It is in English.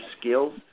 skills